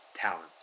talents